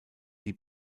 die